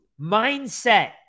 mindset